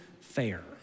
fair